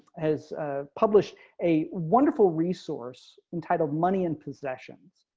has ah published a wonderful resource entitled money and possessions,